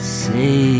say